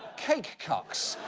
cake cucks.